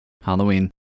Halloween